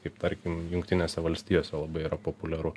kaip tarkim jungtinėse valstijose labai yra populiaru